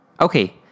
Okay